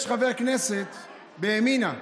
יש חבר כנסת בימינה,